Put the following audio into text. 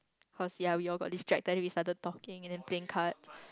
cause ya we all got this we started talking and then playing cards